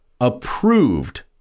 Approved